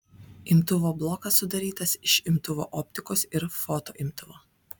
imtuvo blokas sudarytas iš imtuvo optikos ir fotoimtuvo